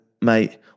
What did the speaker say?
mate